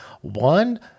one